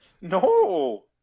No